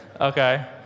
okay